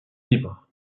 libre